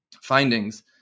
findings